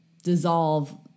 dissolve